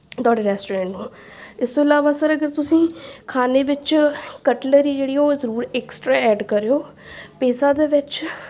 ਤੁਹਾਡੇ ਰੈਸਟੋਰੈਂਟ ਨੂੰ ਇਸ ਤੋਂ ਇਲਾਵਾ ਸਰ ਅਗਰ ਤੁਸੀਂ ਖਾਣੇ ਵਿੱਚ ਕਟਲਰੀ ਜਿਹੜੀ ਉਹ ਜ਼ਰੂਰ ਐਕਸਟਰਾ ਐਡ ਕਰਿਓ ਪੀਜ਼ਾ ਦੇ ਵਿੱਚ